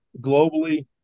globally